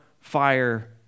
fire